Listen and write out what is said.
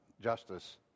justice